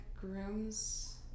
grooms